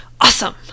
awesome